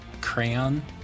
crayon